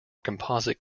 composite